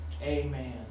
Amen